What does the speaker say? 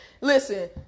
listen